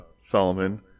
Solomon